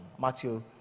Matthew